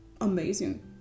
amazing